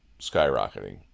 skyrocketing